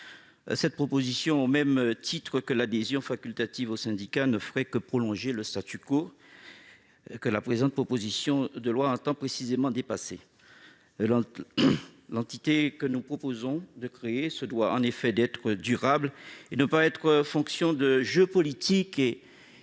Cette proposition, au même titre que l'adhésion facultative au syndicat, ne ferait que prolonger le que la présente proposition de loi entend précisément dépasser. L'entité que nous proposons de créer se doit, en effet, d'être durable et de ne pas dépendre de jeux politiques.